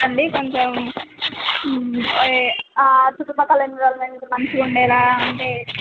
చూడండి కొంచెం చుట్టుపక్కల ఎన్విరాల్మెంట్ మంచిగా ఉండేలాగ అంటే